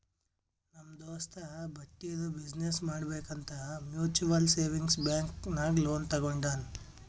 ನಮ್ ದೋಸ್ತ ಬಟ್ಟಿದು ಬಿಸಿನ್ನೆಸ್ ಮಾಡ್ಬೇಕ್ ಅಂತ್ ಮ್ಯುಚುವಲ್ ಸೇವಿಂಗ್ಸ್ ಬ್ಯಾಂಕ್ ನಾಗ್ ಲೋನ್ ತಗೊಂಡಾನ್